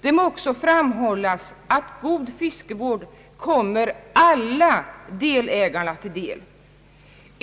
Det må också framhållas att god fiskevård kommer alla delägarna till del.